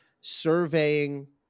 surveying